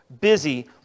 busy